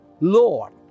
Lord